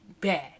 bad